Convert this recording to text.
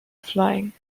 flying